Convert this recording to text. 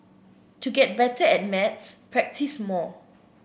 to get better at maths practise more